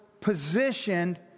positioned